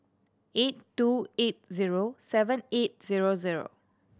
eight two eight zero seven eight zero zero